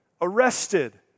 arrested